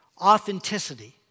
Authenticity